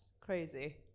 crazy